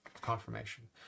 confirmation